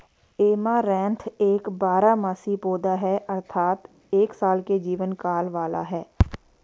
amaranth एक बारहमासी पौधा है अर्थात एक साल के जीवन काल वाला है